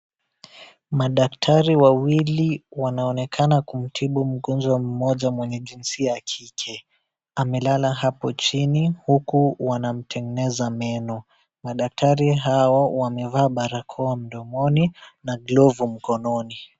Madaktari wawili wanaonekana kumtibu mkunzo mmoja mwenye jinsia ya kike. Amelala hapo chini, huko wanamtengeza meno. Madaktari hao wamevaa barakoa mdomoni na glovu mkononi.